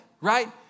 right